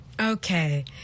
Okay